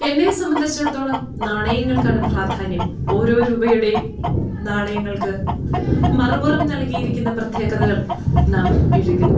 എന്നെ സംബന്ധിച്ചിടത്തോളം നാണയങ്ങൾക്കാണ് പ്രാധാന്യം ഓരോ രൂപയുടെയും നാണയങ്ങൾക്ക് മറ്പുറം നൽകിയിരിക്കുന്ന പ്രത്യേകതകൾ നാം എഴുതി